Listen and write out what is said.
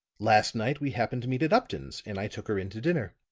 last night we happened to meet at upton's, and i took her in to dinner.